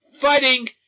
fighting